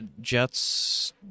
Jets